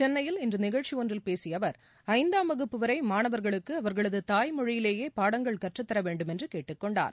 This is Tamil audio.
சென்னையில் இன்று நிகழ்ச்சி ஒன்றில் பேசிய அவர் ஐந்தாம் வகுப்பு வரை மாணவர்களுக்கு அவர்களது தாய் மொழியிலேயே பாடங்கள் கற்றுத்தர வேண்டுமென்று கேட்டுக் கொண்டார்